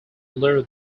lower